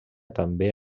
també